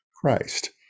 Christ